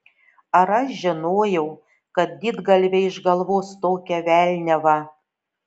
ar aš žinojau kad didgalviai išgalvos tokią velniavą